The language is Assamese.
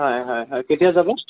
হয় হয় হয় কেতিয়া যাবা